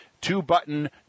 two-button